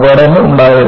അപകടങ്ങൾ ഉണ്ടായിരുന്നു